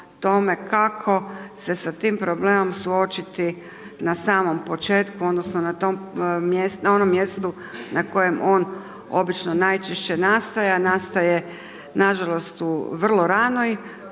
ako se s tim problemom suočiti na samom početku, odnosno, na onom mjestu, na kojem on obično najčešće nastaje, a nastaje nažalost, u vrlo ranoj